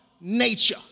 nature